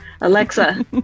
Alexa